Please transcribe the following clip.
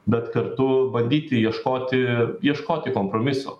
bet kartu bandyti ieškoti ieškoti kompromiso